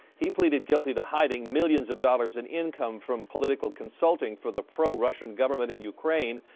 he pleaded guilty to hiding millions of dollars in income for political consulting for the pro-russian government in ukraine.